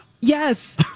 Yes